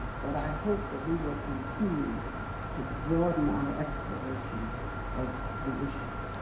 but i hope that we will continue to broaden our exploration of the issues.